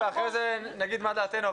ואחרי זה נגיע מה דעתנו.